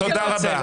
הדיון.